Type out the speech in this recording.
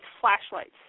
flashlights